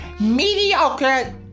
mediocre